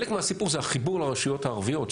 חלק מהסיפור זה החיבור לרשויות הערביות,